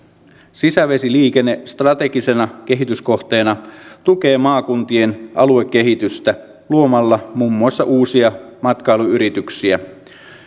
sisävesiliikenne strategisena kehityskohteena tukee maakuntien aluekehitystä luomalla muun muassa uusia matkailuyrityksiä